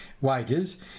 wages